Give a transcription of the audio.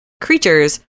creatures